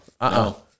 Uh-oh